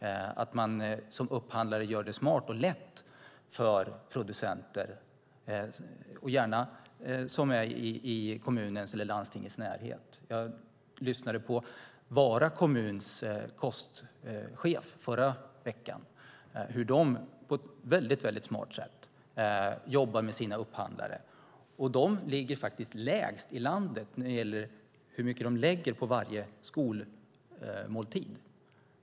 Man kan som upphandlare på ett smart sätt göra det lätt för producenter som finns i kommunens eller landstingets närhet. Jag lyssnade på Vara kommuns kostchef i förra veckan och fick höra hur de på ett smart sätt jobbar med sina upphandlare. Vara ligger lägst i landet när det gäller hur mycket de lägger på varje skolmåltid.